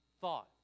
thought